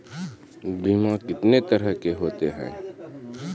बीमा कितने तरह के होते हैं?